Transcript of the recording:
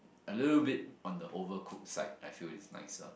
a little bit on the overcooked side I feel is nicer